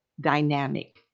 dynamic